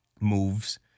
moves